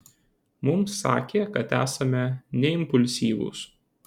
mums sakė kad esame neimpulsyvūs